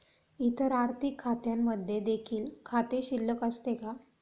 इतर आर्थिक खात्यांमध्ये देखील खाते शिल्लक असते का?